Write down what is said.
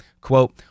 quote